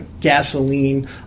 gasoline